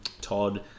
Todd